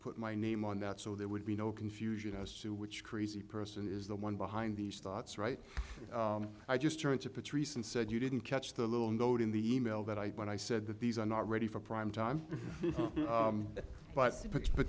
put my name on that so there would be no confusion as to which crazy person is the one behind these thoughts right i just turned to patrice and said you didn't catch the little note in the email that i had when i said that these are not ready for prime time but